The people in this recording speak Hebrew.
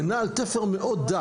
זה נע על תפר מאוד דק.